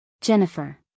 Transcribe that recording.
Jennifer